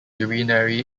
urinary